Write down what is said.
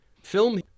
film